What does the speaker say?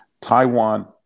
Taiwan